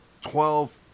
twelve